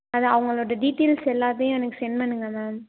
அது அவங்களோட டீட்டெயில்ஸ் எல்லாத்தையும் எனக்கு செண்ட் பண்ணுங்கள் மேம்